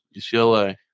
UCLA